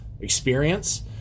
experience